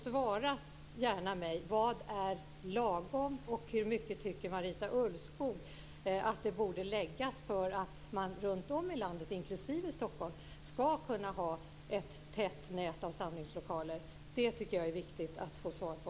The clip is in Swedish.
Svara mig gärna: Vad är lagom, och hur mycket tycker Marita Ulvskog att det borde anslås för att man runtom i landet, inklusive Stockholm, ska kunna ha ett tätt nät av samlingslokaler? Det tycker jag är viktigt att få svar på.